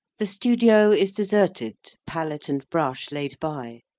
the studio is deserted, palette and brush laid by,